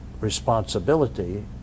responsibility